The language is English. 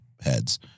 heads